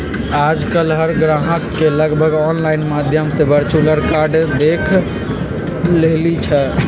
आजकल हर ग्राहक लगभग ऑनलाइन माध्यम से वर्चुअल कार्ड देख लेई छई